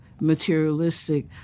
materialistic